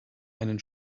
einen